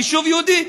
יישוב יהודי,